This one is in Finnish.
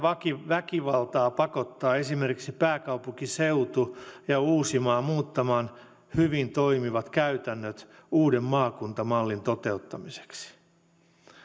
väkivaltaa pakottaa esimerkiksi pääkaupunkiseutu ja uusimaa muuttamaan hyvin toimivat käytännöt uuden maakuntamallin toteuttamiseksi